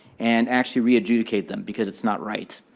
and actually re-adjudicate them because it's not right.